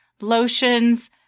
lotions